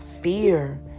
fear